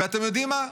ואתם יודעים מה?